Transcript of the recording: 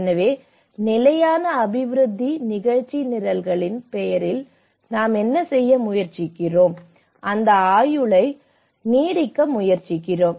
எனவே நிலையான அபிவிருத்தி நிகழ்ச்சி நிரல்களின் பெயரில் நாம் என்ன செய்ய முயற்சிக்கிறோம் அந்த ஆயுளை நீடிக்க முயற்சிக்கிறோம்